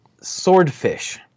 swordfish